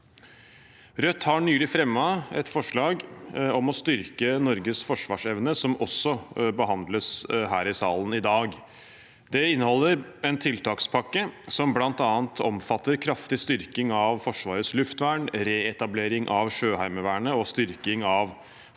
Rødt har nylig fremmet et forslag om å styrke Norges forsvarsevne, som også behandles her i salen i dag. Det inneholder en tiltakspakke som bl.a. omfatter kraftig styrking av Forsvarets luftvern, reetablering av Sjøheimevernet og styrking av